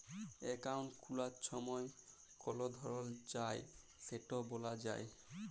account খুলার ছময় কল ধরল চায় সেট ব্যলা যায়